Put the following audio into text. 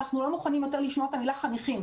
אנחנו לא מוכנים יותר לשמוע את המילה חניכים.